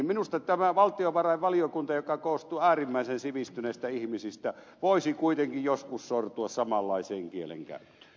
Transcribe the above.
minusta tämä valtiovarainvaliokunta joka koostuu äärimmäisen sivistyneistä ihmisistä voisi kuitenkin joskus sortua samanlaiseen kielenkäyttöön